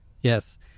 Yes